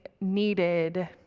needed